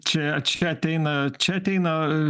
čia čia ateina čia ateina